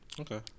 Okay